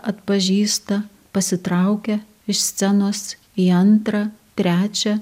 atpažįsta pasitraukia iš scenos į antrą trečią